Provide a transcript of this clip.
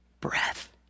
breath